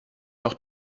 doch